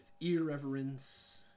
irreverence